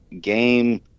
game